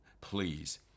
please